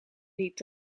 niet